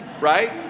right